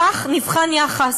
בכך נבחן יחס.